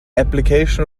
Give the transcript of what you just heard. application